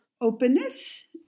openness